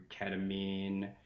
ketamine